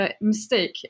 mistake